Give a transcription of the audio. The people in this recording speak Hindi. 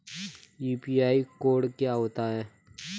यू.पी.आई कोड क्या होता है?